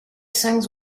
songs